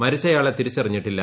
മരിച്ചയാളെ തിരിച്ചറിഞ്ഞിട്ടില്ല